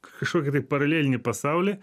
kažkokį tai paralelinį pasaulį